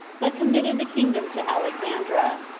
but committed the kingdom to alexandra.